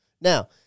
Now